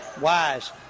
Wise